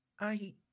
I